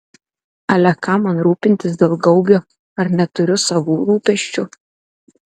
ale kam man rūpintis dėl gaubio ar neturiu savų rūpesčių